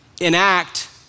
enact